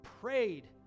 prayed